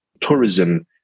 tourism